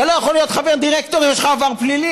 אתה לא יכול להיות חבר דירקטוריון אם יש לך עבר פלילי.